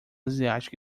asiática